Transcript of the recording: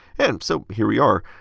and so here we are.